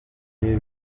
ibi